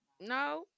No